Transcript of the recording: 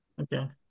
Okay